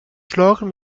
schlagen